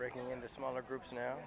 breaking into smaller groups now